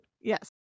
Yes